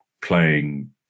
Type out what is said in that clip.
playing